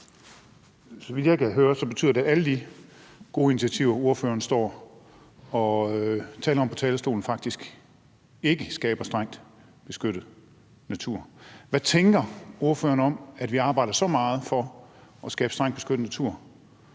det, at alle de gode initiativer, ordføreren står og taler om på talerstolen, faktisk ikke skaber strengt beskyttet natur. Hvad tænker ordføreren om, at vi arbejder så meget for at skabe strengt beskyttet natur,